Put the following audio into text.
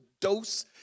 dose